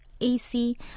AC